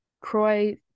croy